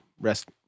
rest